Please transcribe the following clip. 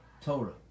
Torah